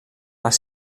les